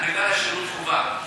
בגלל שירות חובה.